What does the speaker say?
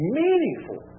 meaningful